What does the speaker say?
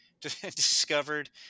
discovered